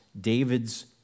David's